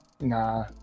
nah